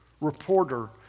reporter